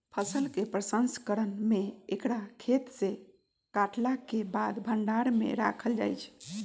फसल के प्रसंस्करण में एकरा खेतसे काटलाके बाद भण्डार में राखल जाइ छइ